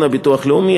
ביטוח לאומי,